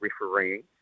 refereeing